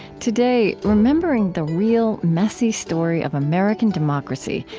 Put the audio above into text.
today remembering the real, messy story of american democracy,